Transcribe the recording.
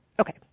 Okay